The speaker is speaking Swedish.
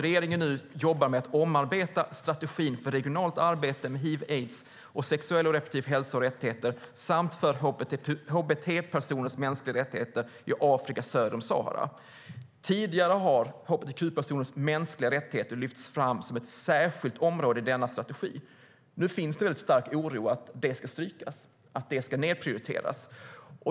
Regeringen jobbar nu med att omarbeta strategin för regionalt arbete med hiv/aids och sexuell och reproduktiv hälsa och rättigheter samt för hbt-personers mänskliga rättigheter i Afrika söder om Sahara. Tidigare har hbtq-personers mänskliga rättigheter lyfts fram som ett särskilt område i denna strategi. Nu finns det en mycket stark oro för att det ska strykas och att det ska nedprioriteras.